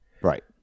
right